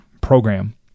program